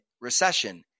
recession